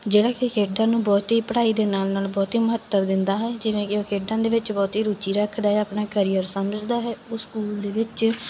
ਜਿਹੜਾ ਕਿ ਖੇਡਾਂ ਨੂੰ ਬਹੁਤ ਹੀ ਪੜ੍ਹਾਈ ਦੇ ਨਾਲ ਨਾਲ ਬਹੁਤ ਹੀ ਮਹੱਤਵ ਦਿੰਦਾ ਹੈ ਜਿਵੇਂ ਕਿ ਉਹ ਖੇਡਾਂ ਦੇ ਵਿੱਚ ਬਹੁਤ ਹੀ ਰੁਚੀ ਰੱਖਦਾ ਹੈ ਆਪਣਾ ਕਰੀਅਰ ਸਮਝਦਾ ਹੈ ਉਹ ਸਕੂਲ ਦੇ ਵਿੱਚ